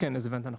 כן, הבנת נכון.